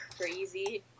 crazy